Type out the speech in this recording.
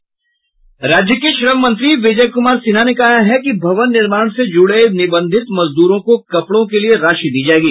राज्य के श्रम मंत्री विजय कुमार सिन्हा ने कहा है कि भवन निर्माण से जुड़े निबंधित मजदूरों को कपड़ों के लिए राशि दी जायेगी